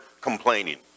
complaining